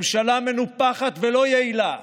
ממשלה מנופחת ולא יעילה,